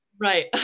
right